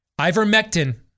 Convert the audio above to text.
Ivermectin